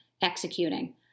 executing